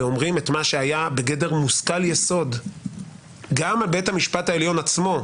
ואומרים את מה שהיה בגדר מושכל יסוד גם לבית המשפט העליון עצמו,